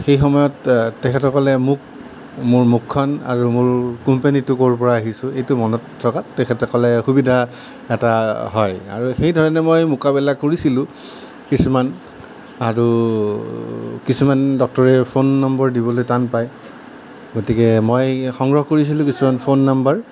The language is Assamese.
সেইসময়ত তেখেতসকলে মোক মোৰ মুখখন আৰু মোৰ কোম্পেনীটো ক'ৰ পৰা আহিছোঁ এইটো মনত ৰখা তেখেতসকলে সুবিধা এটা হয় আৰু সেই ধৰণে মই মোকাবিলা কৰিছিলোঁ কিছুমান আৰু কিছুমান ডক্তৰে ফোন নম্বৰ দিবলৈ টান পায় গতিকে মই সংগ্ৰহ কৰিছিলোঁ কিছুমান ফোন নম্বৰ